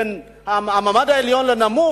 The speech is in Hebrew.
בין המעמד העליון לנמוך,